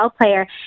player